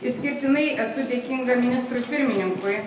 išskirtinai esu dėkinga ministrui pirmininkui